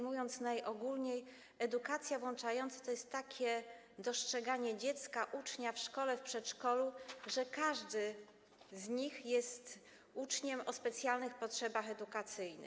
Mówiąc najogólniej, edukacja włączająca to jest takie dostrzeganie dziecka, ucznia w szkole, w przedszkolu, że każdy z nich jest uczniem o specjalnych potrzebach edukacyjnych.